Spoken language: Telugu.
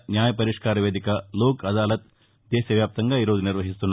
న్యాయ పరిష్కార వేదిక లోక్ అదాలత్ దేశ వ్యాప్తంగా ఈరోజు నిర్వహిస్తున్నారు